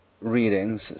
readings